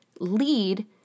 lead